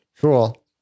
cool